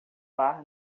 bar